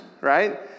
right